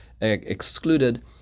excluded